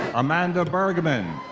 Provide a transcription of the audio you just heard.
amanda bergmann.